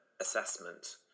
assessment